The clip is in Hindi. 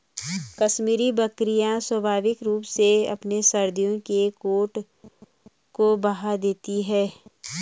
कश्मीरी बकरियां स्वाभाविक रूप से अपने सर्दियों के कोट को बहा देती है